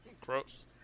Gross